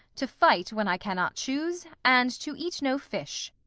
to fight when i cannot choose, and to eat no fish.